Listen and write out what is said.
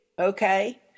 Okay